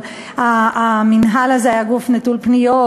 אבל המינהל הזה היה גוף נטול פניות,